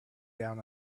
down